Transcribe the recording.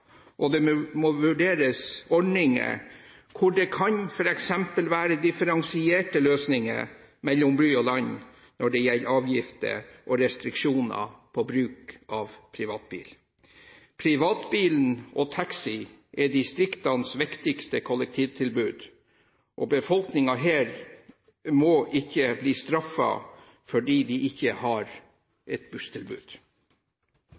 og det må vurderes ordninger hvor det f.eks. kan være differensierte løsninger mellom by og land når det gjelder avgifter og restriksjoner på bruk av privatbil. Privatbil og taxi er distriktenes viktigste kollektivtilbud, og befolkningen her må ikke bli straffet fordi de ikke